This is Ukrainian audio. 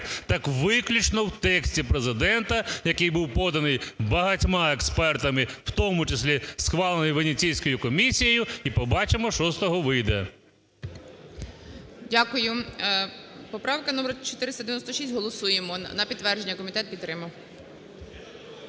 так виключно в тексті Президента, який був поданий багатьма експертами, в тому числі схвалений Венеційською комісією, і побачимо, що з того вийде. ГОЛОВУЮЧИЙ. Дякую. Поправка номер 496. Голосуємо, на підтвердження, комітет підтримав.